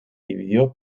dividió